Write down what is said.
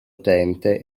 utente